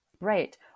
Right